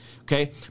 Okay